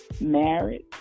marriage